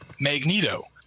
Magneto